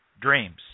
dreams